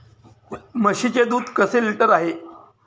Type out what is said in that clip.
म्हशीचे दूध कसे लिटर आहे?